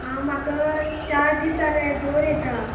आं म्हाका चार दीस जाले जोर येता